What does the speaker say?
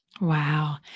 Wow